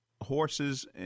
horses